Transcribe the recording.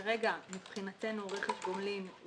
כרגע מבחינתנו רכש גומלין,